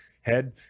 head